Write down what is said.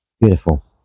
Beautiful